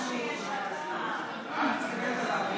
חבר הכנסת סעדי,